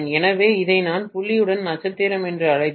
எனவே இதை நான் புள்ளியுடன் நட்சத்திரம் என்று அழைத்தால்